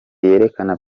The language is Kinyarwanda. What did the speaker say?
yerekana